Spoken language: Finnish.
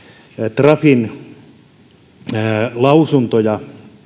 trafin lausuntoja